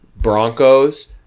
Broncos